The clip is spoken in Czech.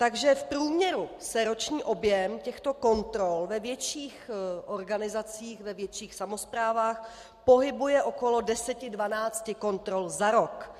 Takže v průměru se roční objem těchto kontrol ve větších organizacích, ve větších samosprávách pohybuje okolo 10 až 12 kontrol za rok.